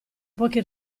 poche